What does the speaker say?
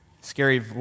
scary